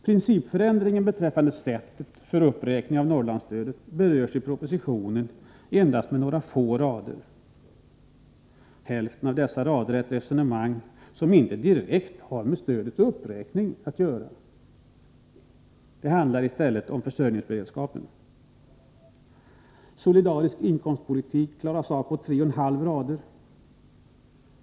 Principförändringen beträffande sättet för uppräkning av Norrlandsstödet berörs i propositionen på endast några få rader, varav hälften ägnas ett resonemang som inte direkt har med stödets uppräkning att göra. Det handlar i stället om försörjningsberedskapen. Frågan om solidarisk inkomstpolitik klaras av på tre och en halv rader.